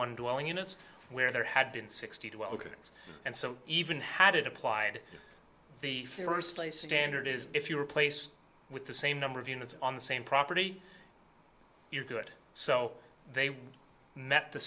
one dwelling units where there had been sixty two ok and so even had it applied the first place standard is if you replace with the same number of units on the same property you're good so they were met the